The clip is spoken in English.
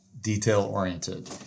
detail-oriented